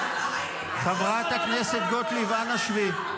חברת הכנסת גוטליב, אנא, שבי.